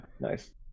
Nice